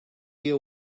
your